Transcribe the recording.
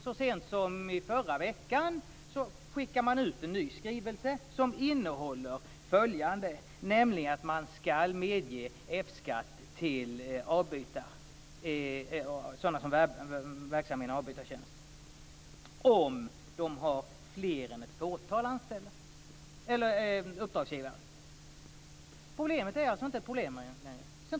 Så sent som i förra veckan skickade man ut en ny skrivelse med innehållet att man skall medge F-skatt till sådana som är verksamma inom avbytartjänst om de har fler än ett fåtal uppdragsgivare. Problemet är alltså inte längre ett problem.